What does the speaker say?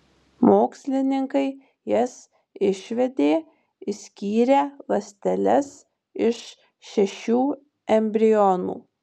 mokslininkai jas išvedė išskyrę ląsteles iš šešių embrionų